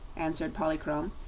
answered polychrome.